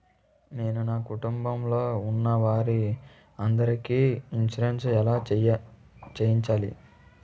నేను నా కుటుంబం లొ ఉన్న వారి అందరికి ఇన్సురెన్స్ ఎలా చేయించాలి?